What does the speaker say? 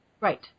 Right